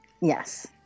Yes